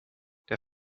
der